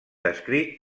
descrit